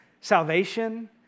salvation